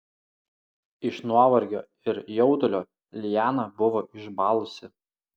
iš nuovargio ir jaudulio liana buvo išbalusi